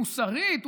מוסרית,